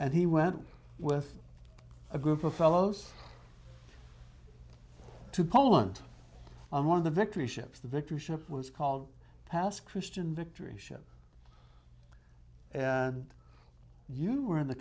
and he went with a group of fellows to poland on one of the victory ships the victory ship was called pass christian victory ship and you were in the